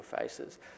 faces